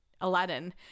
Aladdin